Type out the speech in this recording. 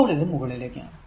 ഇപ്പോൾ ഇത് മുകളിലേക്കാണ്